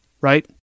right